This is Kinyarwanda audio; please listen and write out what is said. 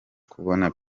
kubona